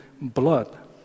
blood